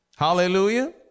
Hallelujah